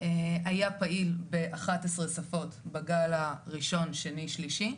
היה פעיל באחת עשרה שפות בגל הראשון, שני, שלישי.